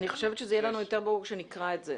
אני חושבת שזה יהיה לנו יותר ברור כשנקרא את זה.